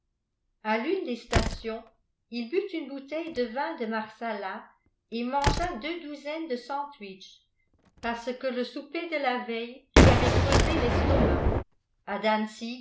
à l'une des stations il but une bouteille de vin de marsala et mangea deux douzaines de sandwiches parce que le souper de la veille lui avait creusé l'estomac à